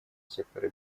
сектора